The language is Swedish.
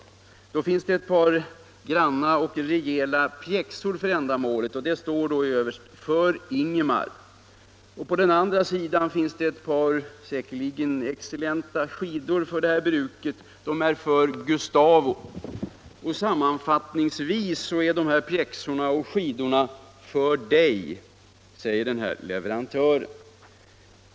Det finns på den ena sidan ett par granna och rejäla pjäxor för ändamålet, och det står överst: ”För Ingemar.” På den andra sidan finns det ett par säkerligen excellenta skidor för det här bruket; de är ”för Gustavo”. Sammanfattningsvis är de här pjäxorna och skidorna ”för dig”, säger leverantören.